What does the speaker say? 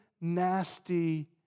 nasty